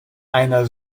einer